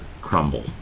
crumble